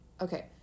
Okay